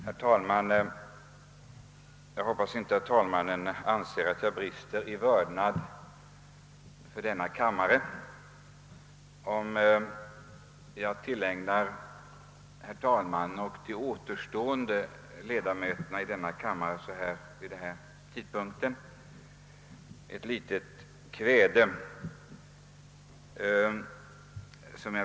Herr talman! Jag hoppas att inte talmannen anser att jag brister i vördnad mot denna kammare, om jag tillägnar herr talmannen och de ledamöter i denna kammare som är närvarande vid denna tidpunkt ett litet kväde.